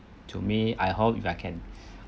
to me I hope if I can